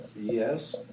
Yes